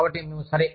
కాబట్టి మేము సరే